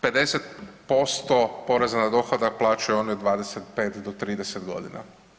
50% poreza na dohodak plaćaju oni od 25 do 30 godina.